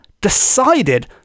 decided